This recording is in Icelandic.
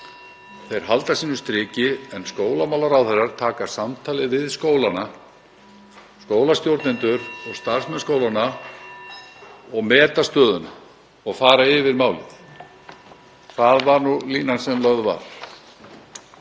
en (Forseti hringir.) skólamálaráðherrar taka samtalið við skólana, skólastjórnendur og starfsmenn skólanna, og meta stöðuna og fara yfir málið. Það var línan sem lögð var.